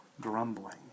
grumbling